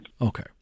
Okay